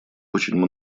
очень